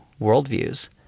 worldviews